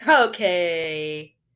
Okay